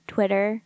Twitter